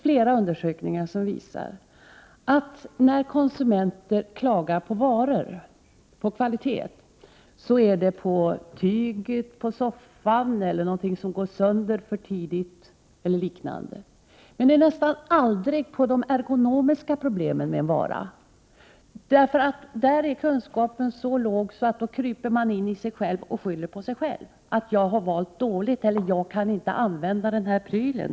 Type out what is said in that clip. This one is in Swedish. Flera undersökningar visar att när konsumenter klagar på varor, på kvalitet, så rör det sig om tyget på soffan eller om någonting som går sönder för tidigt o.d. Det är nästan aldrig fråga om de ergonomiska problemen med en vara, för därvidlag är kunskapen så låg att man kryper in i sig själv och skyller på att man har valt dåligt eller på att man inte kan använda den och den prylen.